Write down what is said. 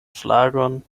flagon